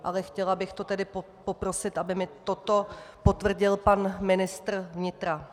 Ale chtěla bych poprosit, aby mi toto potvrdil pan ministr vnitra...